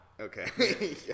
Okay